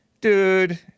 dude